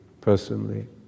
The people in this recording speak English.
personally